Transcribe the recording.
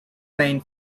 main